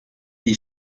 die